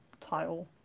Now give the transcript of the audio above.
title